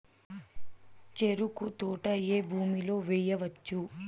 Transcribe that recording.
చెరుకు తోట ఏ భూమిలో వేయవచ్చు?